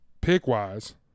Pick-wise